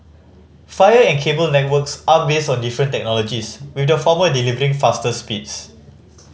fire and cable networks are based on different technologies with the former delivering faster speeds